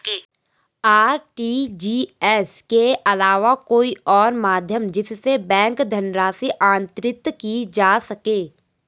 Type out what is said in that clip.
RTGS के अलावा कोई और माध्यम जिससे बैंक धनराशि अंतरित की जा सके?